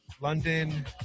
London